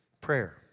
Prayer